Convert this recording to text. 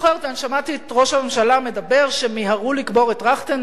אני שמעתי את ראש הממשלה מדבר שמיהרו לקבור את טרכטנברג.